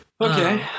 Okay